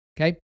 Okay